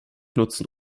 nutzen